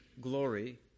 glory